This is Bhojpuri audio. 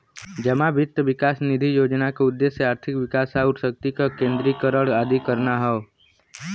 जमा वित्त विकास निधि योजना क उद्देश्य आर्थिक विकास आउर शक्ति क विकेन्द्रीकरण आदि करना हौ